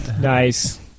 nice